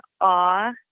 awe